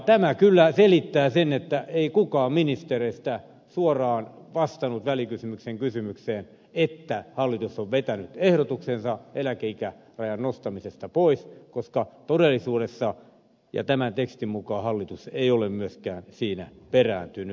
tämä kyllä selittää sen että ei kukaan ministereistä suoraan vastannut välikysymykseen että hallitus on vetänyt ehdotuksensa eläkeikärajan nostamisesta pois koska todellisuudessa ja tämän tekstin mukaan hallitus ei ole myöskään siinä perääntynyt